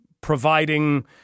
providing